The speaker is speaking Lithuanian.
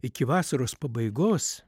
iki vasaros pabaigos